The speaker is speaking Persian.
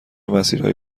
مسیرهای